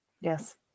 Yes